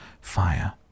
fire